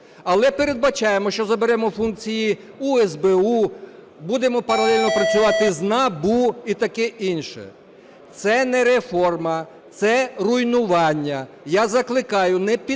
але передбачаємо, що заберемо функції у СБУ, будемо паралельно працювати з НАБУ і таке інше. Це не реформа – це руйнування. Я закликаю не підтримувати